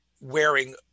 wearing